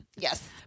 Yes